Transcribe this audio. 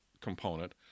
component